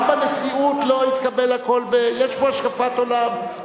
גם בנשיאות לא התקבל הכול, יש פה השקפת עולם.